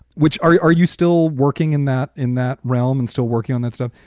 which are you are you still working in that in that realm and still working on that stuff?